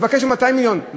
תבקש עוד 200 מיליון.